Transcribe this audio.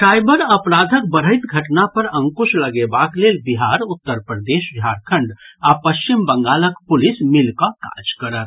cyber अपराधक बढ़ैत घटना पर अंकुश लगेबाक लेल बिहार उत्तर प्रदेश झारखंड आ पश्चिम बंगालक पुलिस मिलि कऽ काज करत